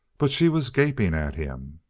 but she was gaping at him.